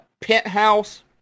penthouse